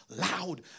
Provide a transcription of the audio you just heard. loud